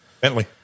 Bentley